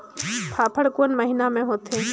फाफण कोन महीना म होथे?